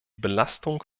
belastung